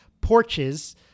porches